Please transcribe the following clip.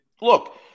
look